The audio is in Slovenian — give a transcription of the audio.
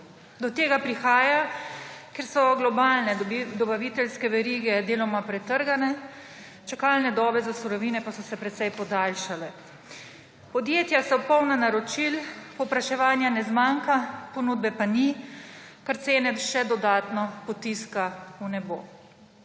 Do tega prihaja, ker so globalne dobaviteljske verige deloma pretrgane, čakalne dobe za surovine pa so se precej podaljšale. Podjetja so polna naročil, povpraševanja ne zmanjka, ponudbe pa ni, kar cene še dodatno potiska v nebo.